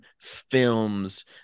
films